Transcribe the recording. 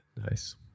Nice